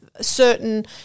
certain